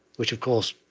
which, of course,